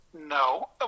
No